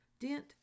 Dent